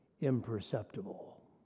imperceptible